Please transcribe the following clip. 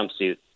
jumpsuit